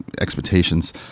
expectations